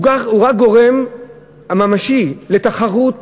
הוא רק הגורם הממשי לתחרות